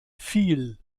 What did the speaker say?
fiel